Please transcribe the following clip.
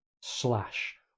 Slash